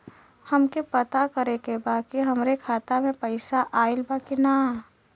हमके पता करे के बा कि हमरे खाता में पैसा ऑइल बा कि ना?